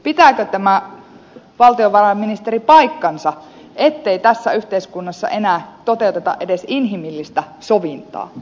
pitääkö tämä valtiovarainministeri paikkansa ettei tässä yhteiskunnassa enää toteuteta edes inhimillistä sovintaa